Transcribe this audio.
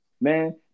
man